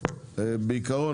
בעיקרון,